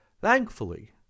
Thankfully